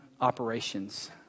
operations